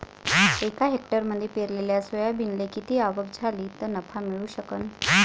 एका हेक्टरमंदी पेरलेल्या सोयाबीनले किती आवक झाली तं नफा मिळू शकन?